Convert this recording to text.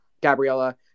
Gabriella